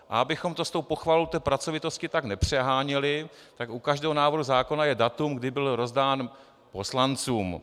Abychom to s tou pochvalou pracovitosti tak nepřeháněli, tak u každého návrhu zákona je datum, kdy byl rozdán poslancům.